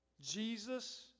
Jesus